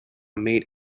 made